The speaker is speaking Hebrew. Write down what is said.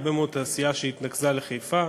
הרבה מאוד תעשייה שהתנקזה לחיפה.